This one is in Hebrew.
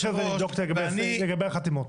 ואחרי זה נבדוק לגבי החתימות.